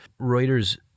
Reuters